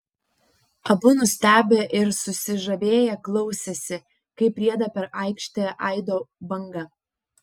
abu nustebę ir susižavėję klausėsi kaip rieda per aikštę aido banga